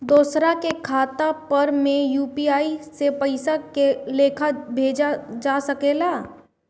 दोसरा के खाता पर में यू.पी.आई से पइसा के लेखाँ भेजल जा सके ला?